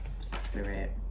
spirit